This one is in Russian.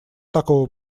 такого